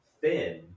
thin